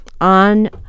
on